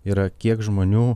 yra kiek žmonių